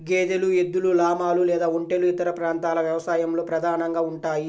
గేదెలు, ఎద్దులు, లామాలు లేదా ఒంటెలు ఇతర ప్రాంతాల వ్యవసాయంలో ప్రధానంగా ఉంటాయి